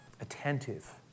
attentive